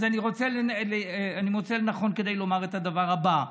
אז אני מוצא לנכון כדי לומר את הדבר הבא: